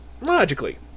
Logically